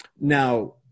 Now